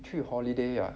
去 holiday ah